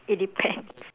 it depends